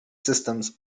systems